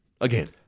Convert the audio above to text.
again